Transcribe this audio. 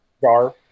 Jar